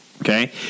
Okay